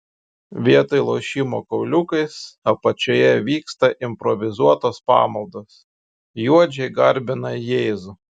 vietoj lošimo kauliukais apačioje vyksta improvizuotos pamaldos juodžiai garbina jėzų